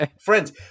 Friends